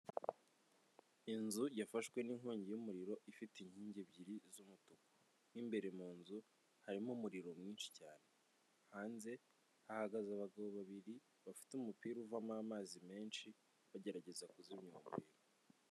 Inzu yafashwe n'inkongi y'umuriro ifite inkingi ebyiri z'umutuku. Mu imbere mu nzu harimo umuriro mwinshi cyane, hanze hahagaze abagabo babiri bafite umupira uvamo amazi menshi bagerageza kuzimya uwo muriro.